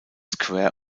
square